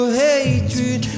hatred